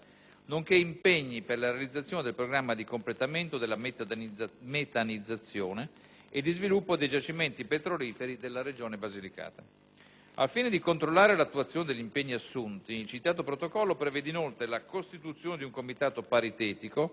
nonché impegni per la realizzazione del programma di completamento della metanizzazione e di sviluppo dei giacimenti petroliferi della Regione Basilicata. Al fine di controllare l'attuazione degli impegni assunti il citato protocollo prevede, inoltre, la costituzione di un comitato paritetico,